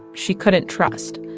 she couldn't trust.